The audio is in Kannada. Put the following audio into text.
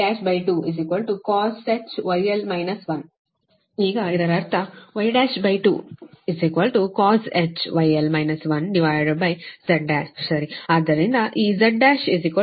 ಈಗ ಇದರರ್ಥ Y12cosh γl 1Z1 ಸರಿ ಆದ್ದರಿಂದ ಈ Z1 Z sinh γl γl